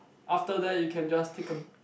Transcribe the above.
after that you can just take a